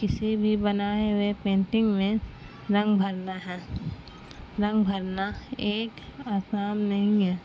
کسی بھی بنائے ہوئے پینٹنگ میں رنگ بھرنا ہے رنگ بھرنا ایک آسان نہیں ہے